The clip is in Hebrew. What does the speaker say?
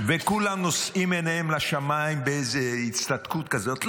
וכולם נושאים עיניהם לשמיים באיזו הצטדקות כזאת,